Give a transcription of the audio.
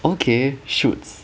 okay shoots